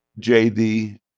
JD